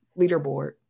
leaderboard